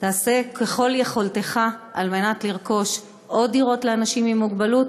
תעשה ככל יכולתך לרכוש עוד דירות לאנשים עם מוגבלות,